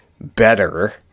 better